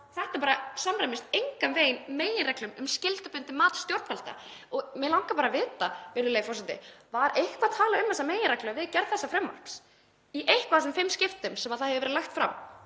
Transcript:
þetta samræmist engan veginn meginreglum um skyldubundið mat stjórnvalda. Mig langar bara að vita, virðulegi forseti: Var eitthvað talað um þessa meginreglu við gerð þessa frumvarps í einhver af þessum fimm skiptum sem það hefur verið lagt fram?